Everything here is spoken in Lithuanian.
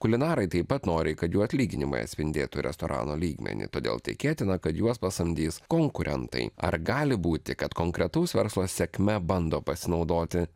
kulinarai taip pat nori kad jų atlyginimai atspindėtų restorano lygmenį todėl tikėtina kad juos pasamdys konkurentai ar gali būti kad konkretaus verslo sėkme bando pasinaudoti